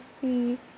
see